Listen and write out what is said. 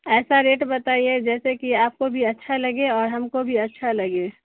ایسا ریٹ بتائیے جیسے کہ آپ کو بھی اچھا لگے اور ہم کو بھی اچھا لگے